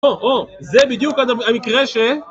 זה בדיוק המקרה ש...